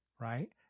right